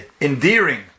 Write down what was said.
endearing